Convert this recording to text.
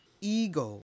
ego